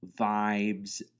vibes